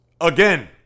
again